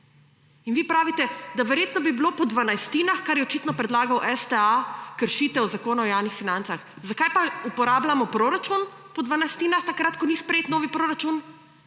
In vi pravite, da verjetno bi bilo po dvanajstinah, kar je očitno predlagal STA, kršitev Zakona o javnih financah. Zakaj pa uporabljamo proračun po dvanajstinah takrat, ko ni sprejet novi proračun?